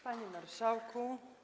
Panie Marszałku!